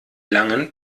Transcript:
langen